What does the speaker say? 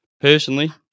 Personally